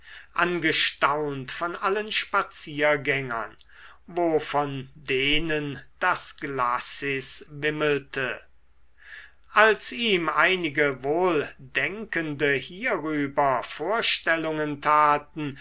angestaunt von allen spaziergängern wo von denen das glacis wimmelte als ihm einige wohldenkende hierüber vorstellungen taten